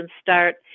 start